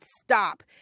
stop